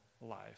life